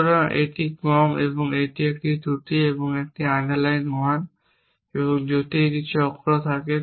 সুতরাং এটি কম একটি এই ত্রুটি একটি আন্ডারলাইন 1 এবং যদি এটি চক্র থাকে